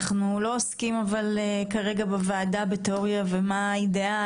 אנחנו לא עוסקים בוועדה בתיאוריה ומה האידאל.